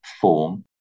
form